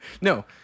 no